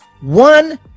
one